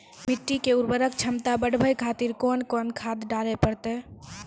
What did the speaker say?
मिट्टी के उर्वरक छमता बढबय खातिर कोंन कोंन खाद डाले परतै?